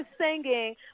singing